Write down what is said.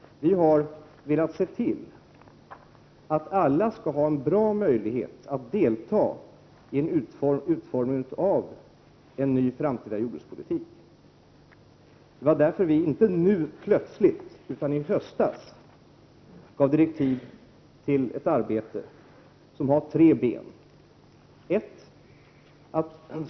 Vi har försökt se till att alla skall ha en god möjlighet att delta vid utformningen av en ny framtida jordbrukspolitik. Det var därför som vi, inte nu plötsligt utan i höstas, gav direktiv till en arbetsgrupp som har att arbeta med tre områden: 1.